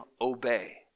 obey